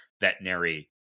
veterinary